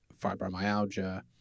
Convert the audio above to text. fibromyalgia